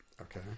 Okay